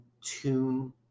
tune